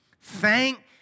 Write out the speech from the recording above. Thank